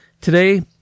Today